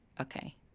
okay